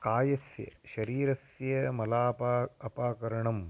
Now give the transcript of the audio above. कायस्य शरीरस्य मलमपाकरणम्